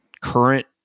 current